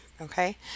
okay